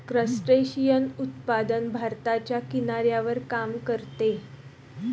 crustacean उत्पादन भारताच्या किनाऱ्यावर काम करते